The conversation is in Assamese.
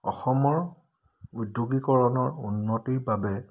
অসমৰ উদ্যোগীকৰণৰ উন্নতিৰ বাবে